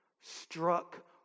struck